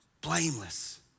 Blameless